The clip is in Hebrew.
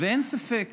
אין ספק